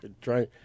Try